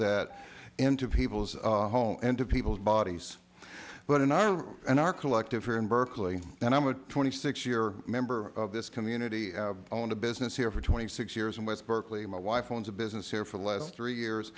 that into people's homes and to people's bodies but in our in our collective here in berkeley and i'm a twenty six year member of this community owned a business here for twenty six years in west berkeley my wife owns a business here for the last three years